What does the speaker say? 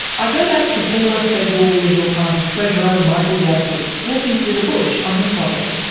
i go back to former federal liberal party treasurer michael yabsley, walking through the bush on his property.